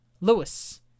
Lewis